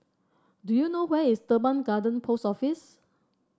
do you know where is Teban Garden Post Office